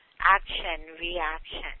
action-reaction